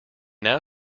now